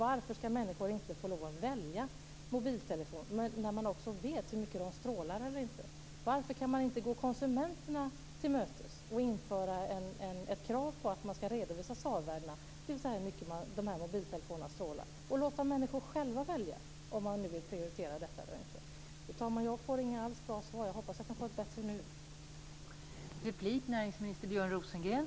Varför ska människor inte också få lov att välja mobiltelefon efter hur mycket de strålar? Varför kan man inte gå konsumenterna till mötes och införa ett krav på att man ska redovisa SAR-värdena, dvs. hur mycket de här mobiltelefonerna strålar? Varför ska man inte låta människor själva välja om man vill prioritera detta eller inte? Fru talman! Jag får inget bra svar. Jag hoppas att jag kan få ett bättre nu.